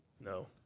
No